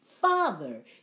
father